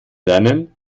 lernen